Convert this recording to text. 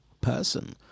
person